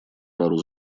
пару